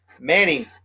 Manny